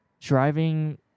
driving